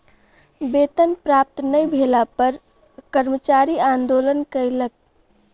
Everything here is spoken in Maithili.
वेतन प्राप्त नै भेला पर कर्मचारी आंदोलन कयलक